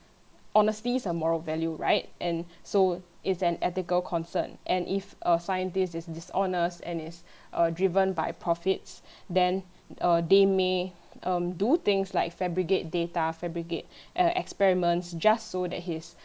honesty is a moral value right and so it's an ethical concern and if a scientist is dishonest and is uh driven by profits then uh they may um do things like fabricate data fabricate uh experiments just so that his